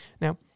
Now